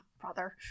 brother